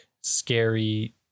scary